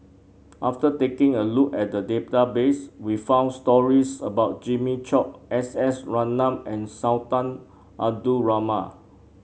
after taking a look at the database we found stories about Jimmy Chok S S Ratnam and Sultan Abdul Rahman